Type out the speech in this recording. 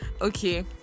okay